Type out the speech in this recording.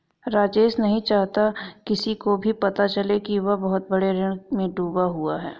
राजेश नहीं चाहता किसी को भी पता चले कि वह बहुत बड़े ऋण में डूबा हुआ है